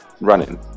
running